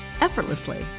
effortlessly